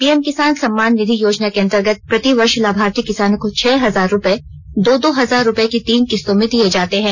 PM Kisan Samman Nidhi योजना के अंतर्गत प्रति वर्ष लाभार्थी किसानों को छह छह हजार रुपये दो दो हजार रुपये की तीन किस्तों में दिए जाते हैं